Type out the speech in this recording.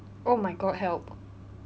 oh my god help